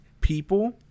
people